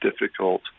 difficult